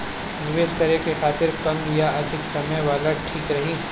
निवेश करें के खातिर कम या अधिक समय वाला ठीक रही?